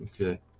Okay